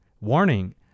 Warning